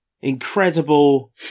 incredible